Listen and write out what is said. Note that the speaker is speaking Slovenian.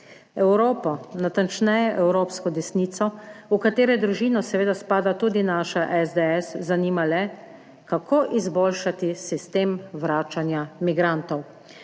Evropo, natančneje evropsko desnico, v katere družino seveda spada tudi naša SDS, zanima le, kako izboljšati sistem vračanja migrantov,